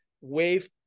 wave